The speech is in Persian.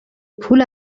پول